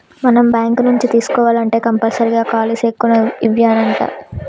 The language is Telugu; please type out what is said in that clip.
మనం బాంకు నుంచి తీసుకోవాల్నంటే కంపల్సరీగా ఖాలీ సెక్కును ఇవ్యానంటా